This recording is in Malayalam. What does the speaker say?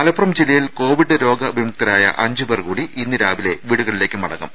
മലപ്പുറം ജില്ലയിൽ കോവിഡ് രോഗവിമുക്തരായ അഞ്ച് പേർ കൂടി ഇന്ന് രാവിലെ വീടുകളിലേയ്ക്കു മടങ്ങും